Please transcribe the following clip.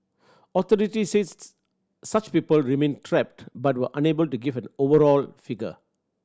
authorities such people remained trapped but were unable to give an overall figure